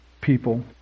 people